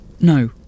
No